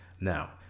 now